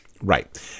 right